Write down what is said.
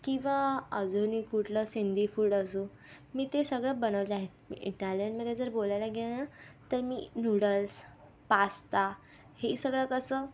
किंवा अजूनही कुठलं सिंधी फूड असु मी ते सगळं बनवलं आहे इटालियनमध्ये जर बोलायला गेलं ना तर मी नूडल्स पास्ता हे सगळं कसं